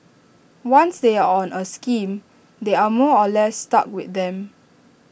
once they are on A scheme they are more or less stuck with them